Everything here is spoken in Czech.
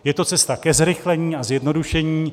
Je to cesta ke zrychlení a zjednodušení.